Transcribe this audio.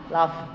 Love